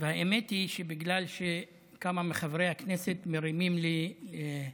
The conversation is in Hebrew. האמת היא שזה בגלל שכמה מחברי הכנסת מרימים לי,